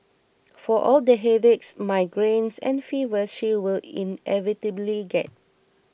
for all the headaches migraines and fevers she will inevitably get